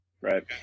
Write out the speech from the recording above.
Right